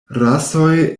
rasoj